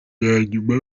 nyuma